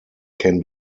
can